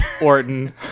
Orton